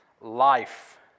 life